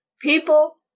People